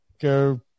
go